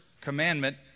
commandment